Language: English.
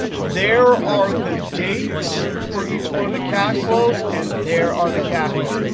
there are the dates for each one of the cash flows. and there are the cash flows.